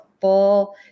full –